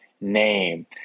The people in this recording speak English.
Name